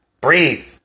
Breathe